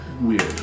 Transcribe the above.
weird